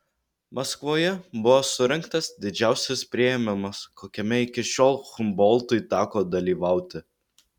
maskvoje buvo surengtas didžiausias priėmimas kokiame iki šiol humboltui teko dalyvauti